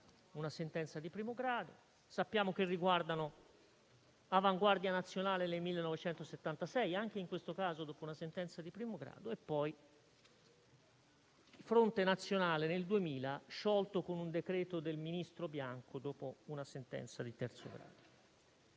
una sentenza di primo grado; Avanguardia Nazionale nel 1976, anche in questo caso dopo una sentenza di primo grado; Fronte Nazionale nel 2000, sciolto con un decreto del ministro Bianco dopo una sentenza di terzo grado.